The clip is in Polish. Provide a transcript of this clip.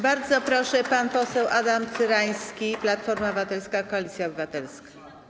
Bardzo proszę, pan poseł Adam Cyrański, Platforma Obywatelska - Koalicja Obywatelska.